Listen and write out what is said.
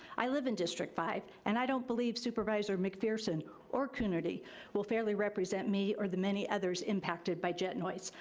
i live in district five, and i don't believe supervisor mcpherson or coonerty will fairly represent me or the many others impacted by jet noise.